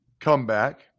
comeback